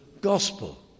gospel